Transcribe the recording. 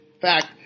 fact